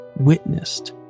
witnessed